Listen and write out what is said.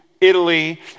Italy